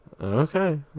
Okay